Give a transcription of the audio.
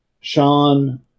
Sean